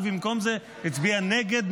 הצבעה כעת.